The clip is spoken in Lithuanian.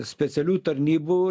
specialiųjų tarnybų